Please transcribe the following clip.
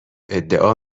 ادعا